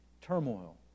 turmoil